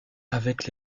avec